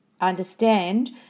understand